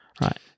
right